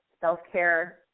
self-care